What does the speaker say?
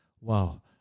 wow